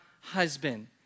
husband